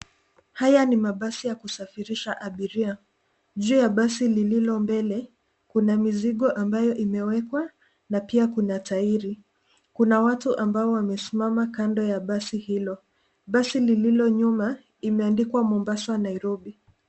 Haya ni mabasi ya kusafirisha abiria. Juu ya basi lililo mbele, kuna mizigo ambayo imewekwa pamoja na tairi. Kuna watu waliosimama kando ya basi hilo. Basi lililo nyuma limeandikwa Mombasa na Nairobi.